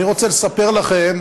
אני רוצה לספר לכם